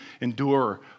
endure